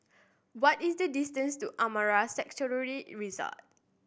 what is the distance to Amara Sanctuary Resort